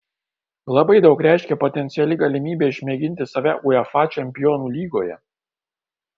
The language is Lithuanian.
labai daug reiškė potenciali galimybė išmėginti save uefa čempionų lygoje